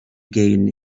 again